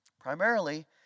Primarily